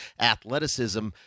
athleticism